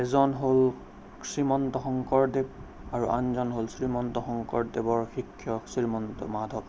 এজন হ'ল শ্ৰীমন্ত শংকৰদেৱ আৰু আনজন হ'ল শ্ৰীমন্ত শংকৰদেৱৰ শিষ্য শ্ৰীমন্ত মাধৱদেৱ